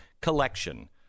collection